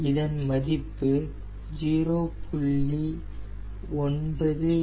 இதன் மதிப்பு 0